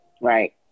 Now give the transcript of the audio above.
Right